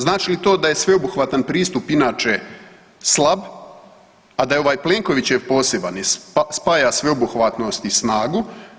Znači li to da je sveobuhvatan pristup inače slab, a da je ovaj Plenkovićev poseban, jer spaja sveobuhvatnost i snagu.